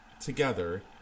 together